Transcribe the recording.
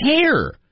care